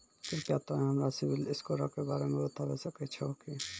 कृपया तोंय हमरा सिविल स्कोरो के बारे मे बताबै सकै छहो कि?